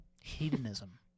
Hedonism